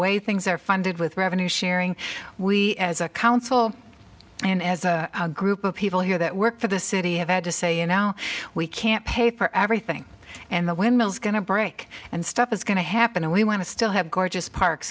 way things are funded with revenue sharing we as a council and as a group of people here that work for the city have had to say you know we can't pay for everything and the windmill is going to break and stuff is going to happen and we want to still have gorgeous parks